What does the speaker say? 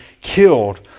killed